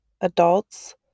adults